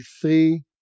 three